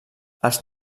els